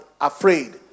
afraid